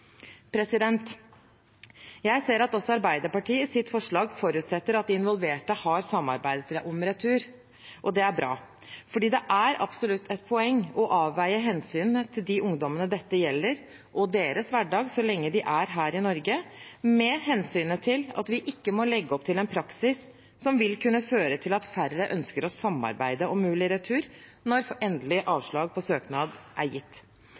Jeg ser at også Arbeiderpartiet i sitt forslag forutsetter at de involverte samarbeider om retur. Det er bra, for det er absolutt et poeng å avveie hensynet til de ungdommene dette gjelder, og deres hverdag, så lenge de er her i Norge, mot hensynet til at vi ikke må legge opp til en praksis som vil kunne føre til at færre ønsker å samarbeide om mulig retur når endelig avslag på søknad er gitt.